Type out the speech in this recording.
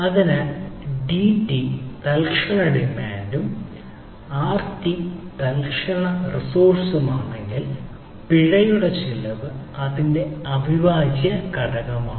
അതിനാൽ DT തൽക്ഷണ ഡിമാൻഡും RT തൽക്ഷണ വിഭവവുമാണെങ്കിൽ പിഴയുടെ ചിലവ് അതിൻറെ അവിഭാജ്യ ഘടകമാണ്